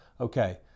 okay